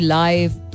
life